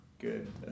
good